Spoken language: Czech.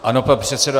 Ano, pane předsedo.